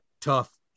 tough